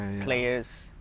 players